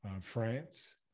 France